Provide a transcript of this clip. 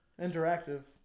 Interactive